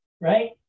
right